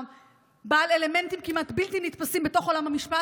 בעל אלמנטים כמעט בלתי נתפסים בתוך עולם המשפט,